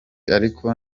ariko